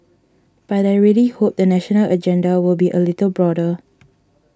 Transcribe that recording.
but I really hope the national agenda will be a little broader